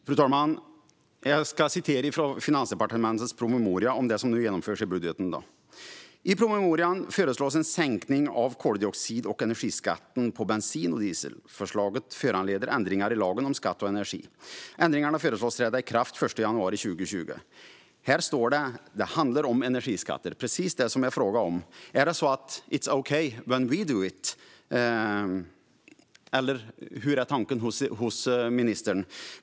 Fru talman! Jag ska citera från Finansdepartementets promemoria om det som nu genomförs i budgeten. "I promemorian föreslås en sänkning av koldioxid och energiskatten på bensin och diesel. Förslaget föranleder ändringar i lagen om skatt på energi. Ändringarna föreslås träda i kraft den 1 januari 2020." Det handlar om energiskatter, precis det som jag frågade om. Är det så att it's okay when we do it, eller hur är tanken hos ministern?